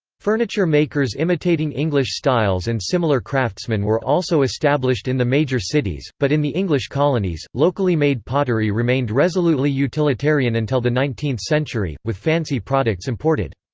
furniture-makers imitating english styles and similar craftsmen were also established in the major cities, but in the english colonies, locally made pottery remained resolutely utilitarian until the nineteenth century, with fancy products imported.